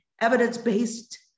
evidence-based